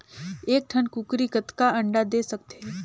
एक ठन कूकरी कतका अंडा दे सकथे?